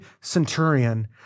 centurion